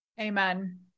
Amen